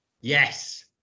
Yes